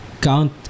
Count